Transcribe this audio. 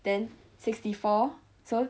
then sixty four so